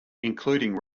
including